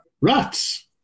Rats